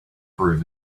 prove